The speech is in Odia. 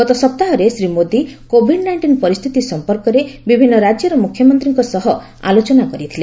ଗତ ସପ୍ତାହରେ ଶ୍ରୀ ମୋଦୀ କୋଭିଡ ନାଇଷ୍ଟିନ ପରିସ୍ଥିତି ସଂପର୍କରେ ବିଭିନ୍ନ ରାଜ୍ୟର ମୁଖ୍ୟମନ୍ତ୍ରୀଙ୍କ ସହ ଆଲୋଚନା କରିଥିଲେ